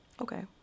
Okay